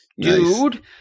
Dude